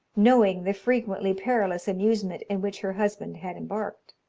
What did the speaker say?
knowing the frequently perilous amusement in which her husband had embarked.